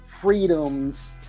freedoms